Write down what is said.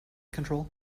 control